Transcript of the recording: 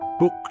Book